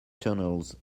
tunnels